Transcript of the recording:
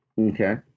Okay